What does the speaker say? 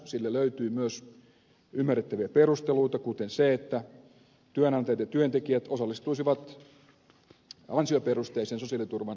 sille löytyy myös ymmärrettäviä perusteluita kuten se että työnantajat ja työntekijät osallistuisivat ansioperusteisen sosiaaliturvan rahoitukseen